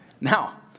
Now